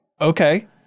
Okay